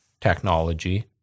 technology